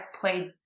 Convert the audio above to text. played